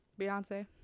Beyonce